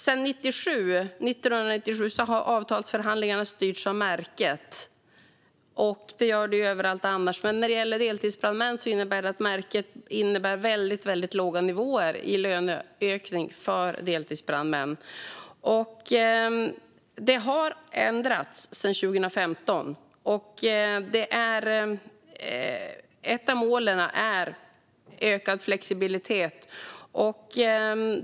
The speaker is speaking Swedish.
Sedan 1997 har avtalsförhandlingarna styrts av märket, och det gör det överallt annars. Men märket innebär väldigt låga nivåer i löneökning för deltidsbrandmän. Det har ändrats sedan 2015. Ett av målen är ökad flexibilitet.